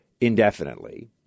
indefinitely